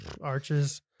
Arches